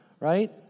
right